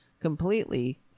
completely